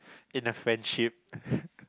in a friendship